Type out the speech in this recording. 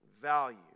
value